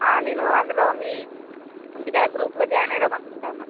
నేను అందులో మీ ఉంది కదా గ్రూప్లో జాయిన్ అవుదామనుకుంటాన్నాను